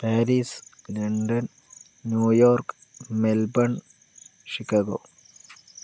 Paris London New York Melbourne Chicago